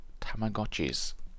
Tamagotchis